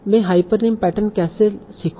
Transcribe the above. मैं hypernym pattern कैसे सीखूं